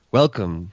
welcome